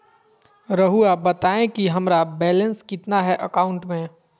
रहुआ बताएं कि हमारा बैलेंस कितना है अकाउंट में?